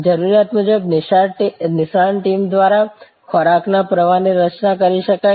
જરૂરિયાત મુજબ નિષ્ણાત ટીમ દ્વારા ખોરાક ના પ્રવાહ ની રચના કરી શકાય